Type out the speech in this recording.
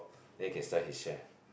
then he can sell his share